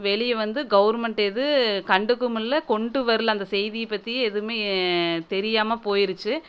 வெளியே வந்து கவுர்மெண்ட் எது கண்டுக்குவுமில்லை கொண்டுட்டு வரல அந்த செய்தியை பற்றி எதுவுமே தெரியாமல் போயிடுச்சு